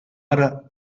ara